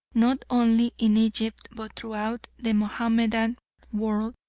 not only in egypt but throughout the mahomedan world.